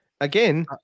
Again